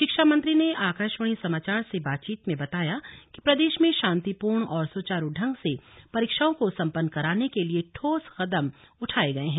शिक्षामंत्री ने आकाशवाणी समाचार से बातचीत में बताया कि प्रदेश में शांतिपूर्ण और सुचारू ढंग से परीक्षाओं को संपन्न कराने के लिए ठोस कदम उठाए गए हैं